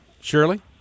shirley